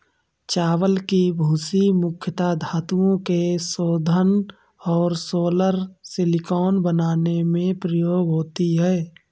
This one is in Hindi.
चावल की भूसी मुख्यता धातुओं के शोधन और सोलर सिलिकॉन बनाने में प्रयोग होती है